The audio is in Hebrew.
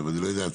ואני לא יודע,